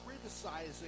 criticizing